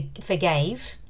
forgave